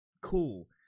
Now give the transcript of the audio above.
cool